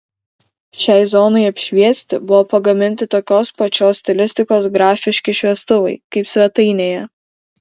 šiai zonai apšviesti buvo pagaminti tokios pačios stilistikos grafiški šviestuvai kaip svetainėje